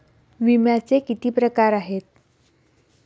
विम्याचे किती प्रकार आहेत?